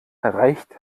reicht